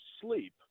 sleep